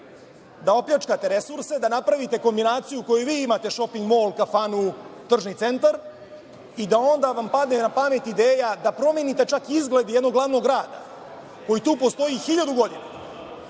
da opljačkate resurse, da napravite kombinaciju koju vi imate šoping mol, kafanu, tržni centar i da onda vam padne na pamet ideja da promenite čak izgled jednog glavnog grada, koji tu postoji i 1.000. godina